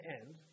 end